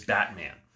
Batman